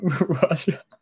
Russia